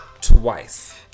Twice